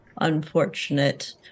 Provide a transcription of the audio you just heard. Unfortunate